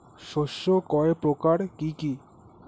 শস্য কয় প্রকার কি কি?